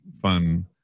fun